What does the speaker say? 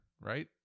right